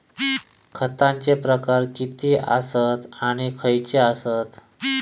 खतांचे प्रकार किती आसत आणि खैचे आसत?